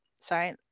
sorry